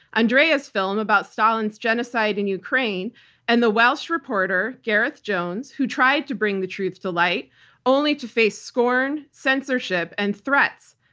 andrea's film about stalin's genocide in ukraine and the welsh reporter, gareth jones, who tried to bring the truth to light only to face scorn, censorship, and threats.